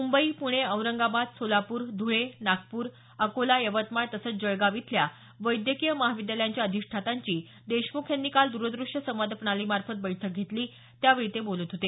मुंबई पुणे औरंगाबाद सोलापूर धुळे नागपूर अकोला यवतमाळ तसंच जळगाव इथल्या वैद्यकीय महाविद्यालयांच्या अधिष्ठातांची देशमुख यांनी काल द्रद्रष्य संवाद प्रणालीमार्फत बैठक घेतली त्यावेळी ते बोलत होते